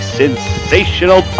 sensational